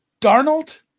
Darnold